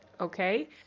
okay